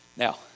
Now